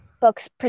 books